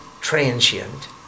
transient